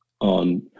On